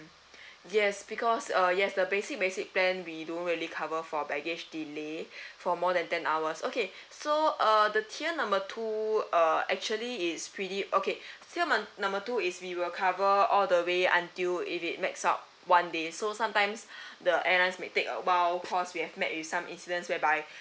yes because uh yes the basic basic plan we don't really cover for baggage delay for more than ten hours okay so uh the tier number two uh actually it's pretty okay tier num~ number two is we will cover all the way until if it max out one day so sometimes the airlines may take a while cause we have met with some incidents whereby